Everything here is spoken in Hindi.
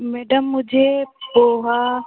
मैडम मुझे पोहा